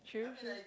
true true